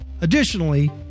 Additionally